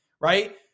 right